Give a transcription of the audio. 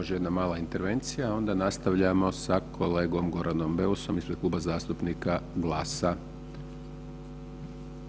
Može jedna mala intervencija, onda nastavljamo sa kolegom Goranom Beusom ispred Kluba zastupnika GLAS-a.